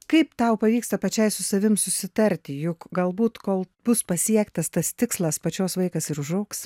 kaip tau pavyksta pačiai su savim susitarti juk galbūt kol bus pasiektas tas tikslas pačios vaikas ir užaugs